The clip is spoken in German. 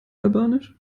albanisch